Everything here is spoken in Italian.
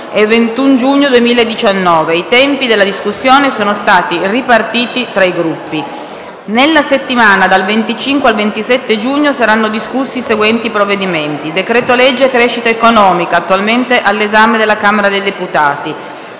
e 21 giugno 2019. I tempi della discussione sono stati ripartiti tra i Gruppi. Nella settimana dal 25 al 27 giugno saranno discussi i seguenti provvedimenti: decreto-legge crescita economica, attualmente all'esame della Camera dei deputati;